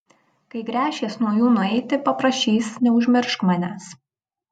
kai gręšies nuo jų nueiti paprašys neužmiršk manęs